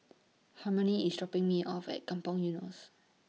Harmony IS Shopping Me off At Kampong Eunos